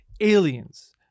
Aliens